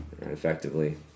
effectively